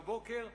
בבוקר,